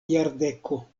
jardeko